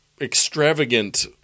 extravagant –